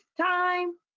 time